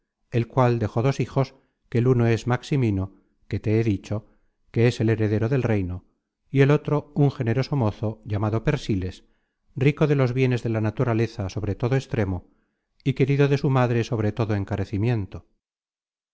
el cual dejó dos hijos que el uno es el maximino que te he dicho que es el heredero del reino y el otro un generoso mozo llamado persiles rico de los bienes de la naturaleza sobre todo extremo y querido de su madre sobre todo encarecimiento